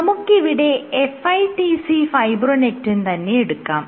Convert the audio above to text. നമുക്കിവിടെ FITC fibronectin തന്നെയെടുക്കാം